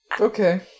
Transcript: Okay